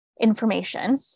information